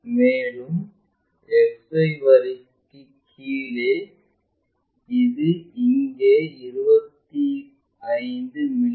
மேலும் XY வரிக்கு கீழே இது இங்கே 25 மி